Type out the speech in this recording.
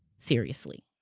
seriously.